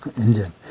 Indian